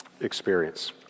experience